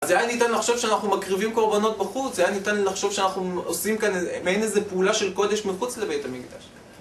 אז היה ניתן לחשוב שאנחנו מקריבים קורבנות בחוץ, זה היה ניתן לחשוב שאנחנו עושים כאן איזו פעולה של קודש מחוץ לבית המקדש.